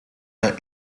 the